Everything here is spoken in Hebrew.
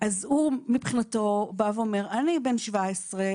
אז הוא מבחינתו בא ואומר אני בן 17,